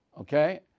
Okay